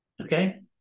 okay